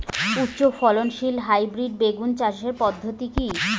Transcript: উচ্চ ফলনশীল হাইব্রিড বেগুন চাষের পদ্ধতি কী?